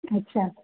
अच्छा